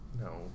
No